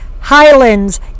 Highlands